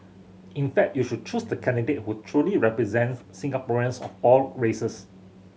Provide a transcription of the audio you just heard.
in fact you should choose the candidate who truly represents Singaporeans of all races